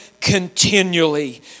continually